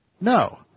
No